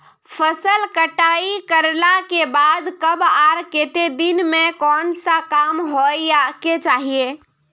फसल कटाई करला के बाद कब आर केते दिन में कोन सा काम होय के चाहिए?